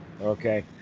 Okay